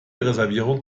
reservierung